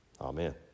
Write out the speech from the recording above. Amen